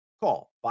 Call